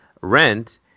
rent